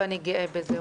ואני גאה בזה.